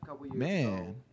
man